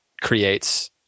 creates